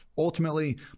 Ultimately